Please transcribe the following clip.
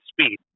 speed